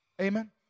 Amen